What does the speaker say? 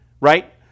right